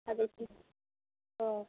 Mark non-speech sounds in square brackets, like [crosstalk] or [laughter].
[unintelligible]